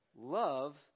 Love